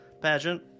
pageant